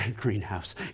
greenhouse